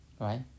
Right